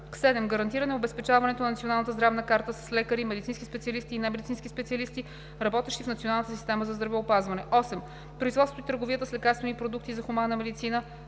7. гарантиране обезпечаването на Националната здравна карта с лекари, медицински специалисти и немедицински специалисти, работещи в Националната система за здравеопазване; 8. производството и търговията с лекарствени продукти за хуманната медицина,